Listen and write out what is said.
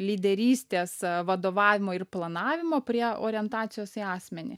lyderystės vadovavimo ir planavimo prie orientacijos į asmenį